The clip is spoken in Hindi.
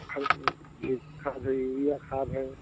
खा जी खाद यूरिया खाद है